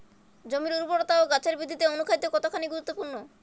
জমির উর্বরতা ও গাছের বৃদ্ধিতে অনুখাদ্য কতখানি গুরুত্বপূর্ণ?